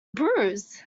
bruise